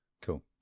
cool